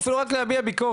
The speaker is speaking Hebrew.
או אפילו רק להביע ביקורת,